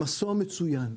המסוע מצוין.